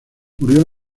murió